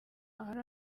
ari